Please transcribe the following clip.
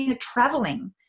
traveling